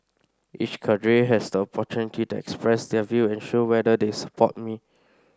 each cadre has the opportunity to express their view and show whether they support me